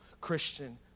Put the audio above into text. Christian